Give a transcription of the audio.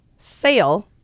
Sale